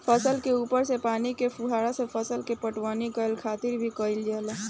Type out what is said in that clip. फसल के ऊपर से पानी के फुहारा से फसल के पटवनी करे खातिर भी कईल जाला